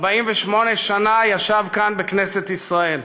48 שנים ישב כאן בכנסת ישראל.